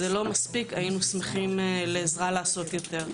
זה לא מספיק, היינו שמחים לעזרה לעשות יותר.